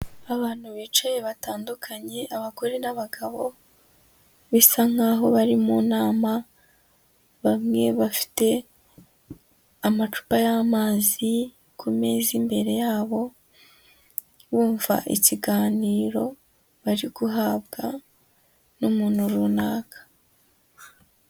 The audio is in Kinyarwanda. Abantu bicaye batandukanye, abagore n'abagabo, bisa nkaho bari mu nama bamwe bafite amacupa y'amazi ku meza imbere yabo, bumva ikiganiro bari guhabwa n'umuntu runaka.